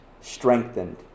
strengthened